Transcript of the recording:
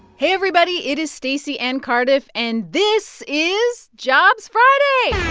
hey, everybody. it is stacey and cardiff, and this is jobs friday